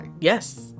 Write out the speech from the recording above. Yes